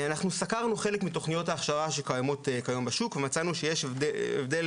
סקרנו חלק מתוכניות ההכשרה שקיימות כיום בשוק ומצאנו שיש הבדל